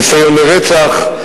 ניסיון רצח,